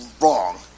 wrong